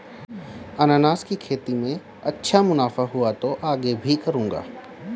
अनन्नास की खेती में अच्छा मुनाफा हुआ तो आगे भी करूंगा